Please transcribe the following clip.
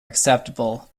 acceptable